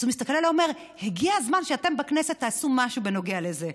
אז הוא מסתכל אליי ואומר: הגיע זמן שאתם בכנסת תעשו משהו בנוגע לזה.